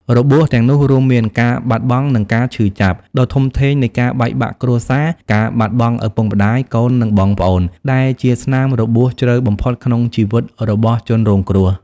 របួសទាំងនោះរួមមាន ការបាត់បង់ និងការឈឺចាប់ ដ៏ធំធេងនៃការបែកបាក់គ្រួសារ ការបាត់បង់ឪពុកម្ដាយ កូន និងបងប្អូន ដែលជាស្នាមរបួសជ្រៅបំផុតក្នុងជីវិតរបស់ជនរងគ្រោះ។